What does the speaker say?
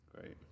great